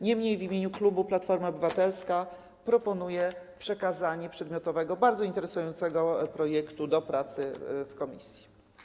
Niemniej w imieniu klubu Platforma Obywatelska proponuję przekazanie przedmiotowego, bardzo interesującego projektu do prac w komisji.